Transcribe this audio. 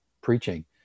preaching